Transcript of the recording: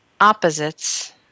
opposites